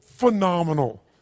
phenomenal